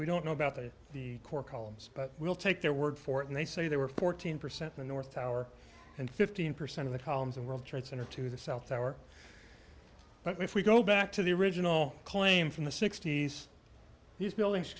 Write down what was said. we don't know about the the core columns but we'll take their word for it and they say they were fourteen percent the north tower and fifteen percent of the columns of world trade center to the south tower but if we go back to the original claim from the sixty's these buildings